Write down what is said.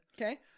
Okay